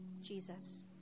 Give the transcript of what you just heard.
Jesus